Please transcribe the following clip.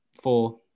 four